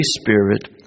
Spirit